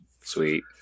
Sweet